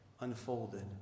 unfolded